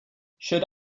should